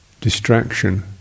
distraction